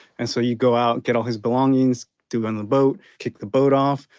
and so you go out, get all his belongings, do it on the boat. kick the boat off,